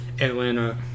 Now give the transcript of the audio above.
Atlanta